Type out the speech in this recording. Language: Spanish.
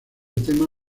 tema